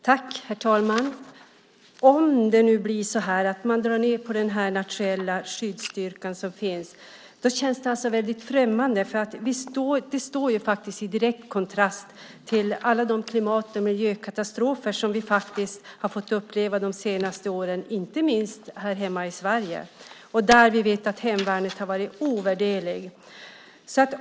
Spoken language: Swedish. Herr talman! Att dra ned på den nationella skyddsstyrkan känns mycket främmande. Det står i direkt kontrast till alla de klimat och miljökatastrofer som vi har fått uppleva de senaste åren, inte minst här hemma i Sverige. Där vet vi att hemvärnet har varit ovärderligt.